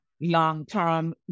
long-term